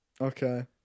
Okay